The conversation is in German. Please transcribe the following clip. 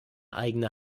eigene